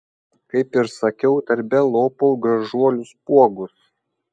kaip ir sakiau darbe lopau gražuolių spuogus